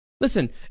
listen